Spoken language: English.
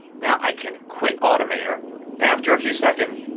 now i can quit automator and after a few seconds,